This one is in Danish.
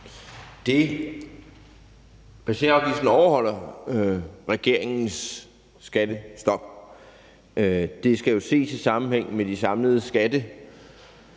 Passagerafgiften overholder regeringens skattestop. Det skal jo ses i sammenhæng med de samlede skattelettelser,